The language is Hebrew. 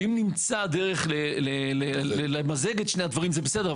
שאם נמצא דרך למזג את שני הדברים זה בסדר.